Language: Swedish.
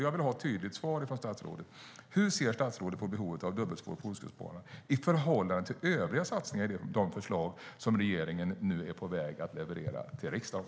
Jag vill ha ett tydligt svar från statsrådet: Hur ser statsrådet på behovet av dubbelspår på Ostkustbanan i förhållande till övriga satsningar i de förslag som regeringen nu är på väg att leverera till riksdagen?